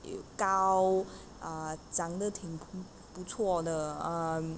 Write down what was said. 有高 ah 长得挺不错的 um